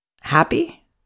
happy